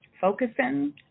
focusing